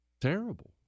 terrible